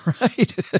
Right